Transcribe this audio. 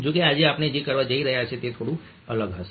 જો કે આજે આપણે જે કરવા જઈ રહ્યા છીએ તે થોડું અલગ હશે